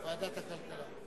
בוועדת הכלכלה.